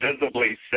visibly